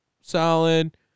solid